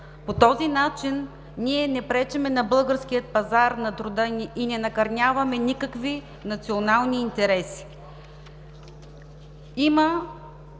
По този начин ние не пречим на българския пазар на труда и не накърняваме никакви национални интереси.